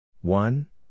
One